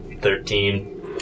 Thirteen